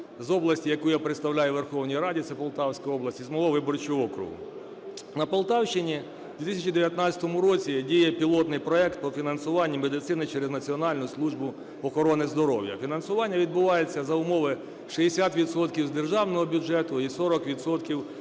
з області, яку я представляю у Верховній Раді, це Полтавська область, з мого виборчого округу. На Полтавщині в 2019 році діє пілотний проект по фінансуванню медицини через Національну службу охорони здоров'я. Фінансування відбувається за умови: 60 відсотків з державного бюджету і 40